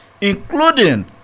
including